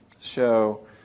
show